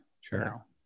Sure